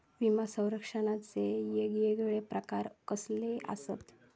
विमा सौरक्षणाचे येगयेगळे प्रकार कसले आसत?